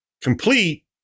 Complete